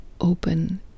open